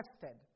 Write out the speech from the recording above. tested